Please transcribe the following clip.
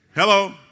Hello